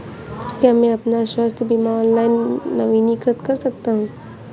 क्या मैं अपना स्वास्थ्य बीमा ऑनलाइन नवीनीकृत कर सकता हूँ?